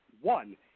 one